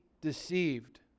deceived